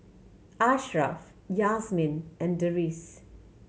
Ashraff Yasmin and Deris